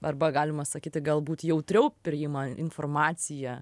arba galima sakyti galbūt jautriau priima informaciją